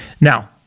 Now